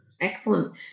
Excellent